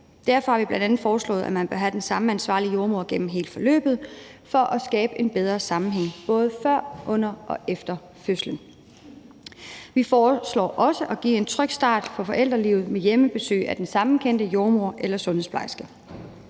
Derfor har vi bl.a. foreslået, at man bør have den samme ansvarlige jordemoder gennem hele forløbet for at skabe en bedre sammenhæng, både før, under og efter fødslen. Vi foreslår for det andet også at give en tryg start på forældrelivet med et hjemmebesøg af den jordemoder eller sundhedsplejerske,